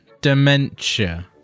Dementia